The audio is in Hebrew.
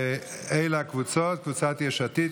ואלה הקבוצות: קבוצת סיעת יש עתיד,